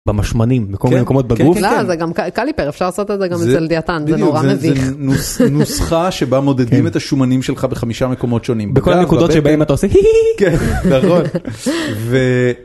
במשמנים בכל מיני מקומות בגוף. לא, זה גם קליפר אפשר לעשות את זה גם אצל דיאטן... זה נורא מביך... נוסחה שבה מודדים את השומנים שלך בחמישה מקומות שונים בכל המקומות שבהם אתה עושה הי... הי... הי...( קול צחוק). כן, נכון, ו...